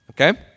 Okay